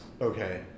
Okay